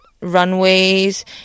runways